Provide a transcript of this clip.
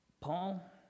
Paul